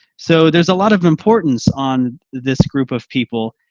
so there's a lot of importance on this group of people.